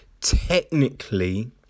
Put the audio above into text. technically